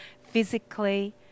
physically